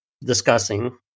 discussing